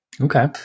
Okay